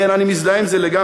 כן, אני מזדהה עם זה לגמרי.